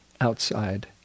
outside